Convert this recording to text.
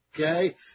okay